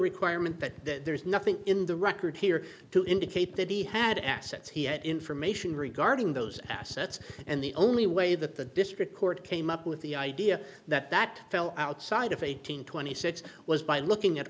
requirement that there is nothing in the record here to indicate that he had assets he had information regarding those assets and the only way that the district court came up with the idea that that fell outside of eight hundred twenty six was by looking at